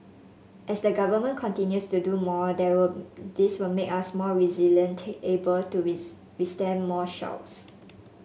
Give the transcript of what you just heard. as the Government continues to do more there will this will make us more resilient able to with withstand more shocks